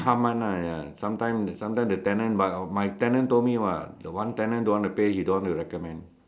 half month lah ya sometime sometime the tenant but my tenant told me [what] the one tenant don't want to pay he don't want to recommend